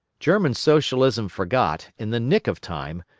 german socialism forgot, in the nick of time,